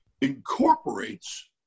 incorporates